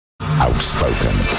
Outspoken